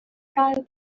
gael